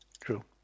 true